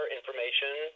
information